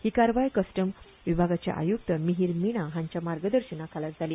ही कारवाय कस्टम विभागाचे आय्क्त मिहीर मिणा हांच्या मार्गदर्शना खाला जाली